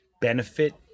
benefit